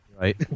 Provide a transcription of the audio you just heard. right